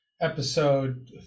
episode